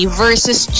versus